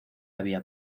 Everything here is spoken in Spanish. había